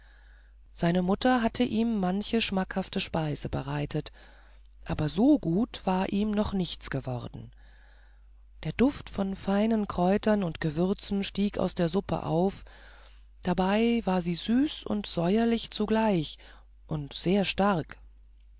seine mutter hatte ihm manche schmackhafte speise bereitet aber so gut war ihm noch nichts geworden der duft von feinen kräutern und gewürzen stieg aus der suppe auf dabei war sie süß und säuerlich zugleich und sehr stark